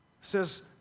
says